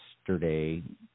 yesterday